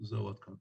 זהו, עד כאן.